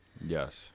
Yes